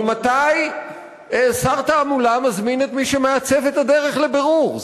ממתי שר תעמולה מזמין את מי שמעצב את הדרך לבירור?